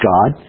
God